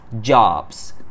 jobs